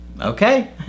Okay